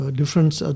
Difference